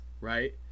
right